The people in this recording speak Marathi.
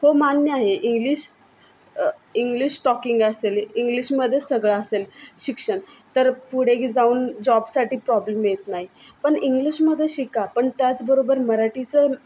हो मान्य आहे इंग्लिश इंग्लिश टॉकिंग असेल इंग्लिशमध्येच सगळं असेल शिक्षण तर पुढेही जाऊन जॉबसाठी प्रॉब्लेम येत नाही पण इंग्लिशमध्येच शिका पण त्याचबरोबर मराठीचं